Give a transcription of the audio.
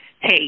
hey